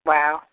Wow